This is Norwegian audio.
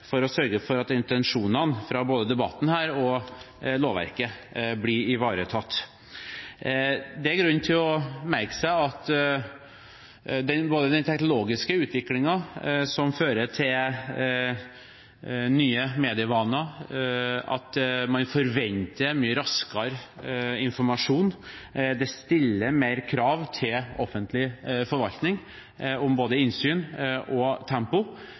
for å sørge for at intensjonene, både fra debatten her og i lovverket, blir ivaretatt. Det er grunn til å merke seg at både den teknologiske utviklingen, som fører til nye medievaner, og at man forventer mye raskere informasjon, stiller større krav til offentlig forvaltning om både innsyn og tempo,